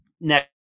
next